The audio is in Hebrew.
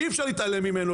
אי אפשר להתעלם ממנו,